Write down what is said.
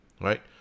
Right